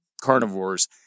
carnivores